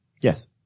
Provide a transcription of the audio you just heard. Yes